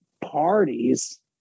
parties